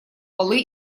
полы